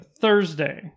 Thursday